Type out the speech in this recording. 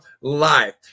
life